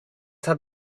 had